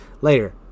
later